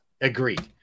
agreed